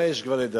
מה יש כבר לדבר?